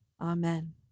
Amen